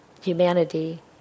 humanity